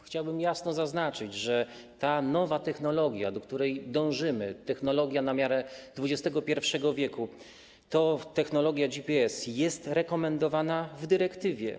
Chciałbym jasno zaznaczyć, że ta nowa technologia, do której dążymy, technologia na miarę XXI w. to technologia GPS i jest rekomendowana w dyrektywie.